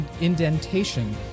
indentation